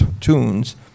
tunes